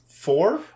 four